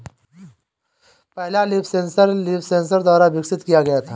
पहला leaf sensor LeafSens द्वारा विकसित किया गया था